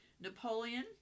Napoleon